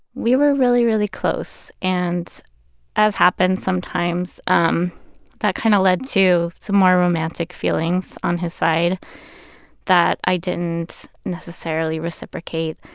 we were really, really close. and as happens sometimes, um that kinda kind of led to some more romantic feelings on his side that i didn't necessarily reciprocate.